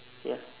ya